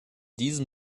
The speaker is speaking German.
diesem